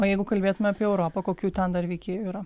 o jeigu kalbėtume apie europą kokių ten dar veikėjų yra